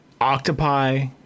Octopi